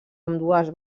ambdues